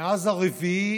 מאז 4 ביוני,